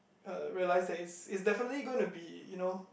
uh realise that it's it's definitely gonna be you know